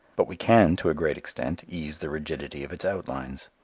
but we can to a great extent ease the rigidity of its outlines.